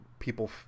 people